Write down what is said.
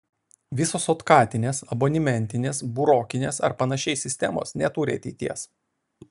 visokios otkatinės abonentinės burokinės ar panašios sistemos neturi ateities